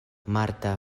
marta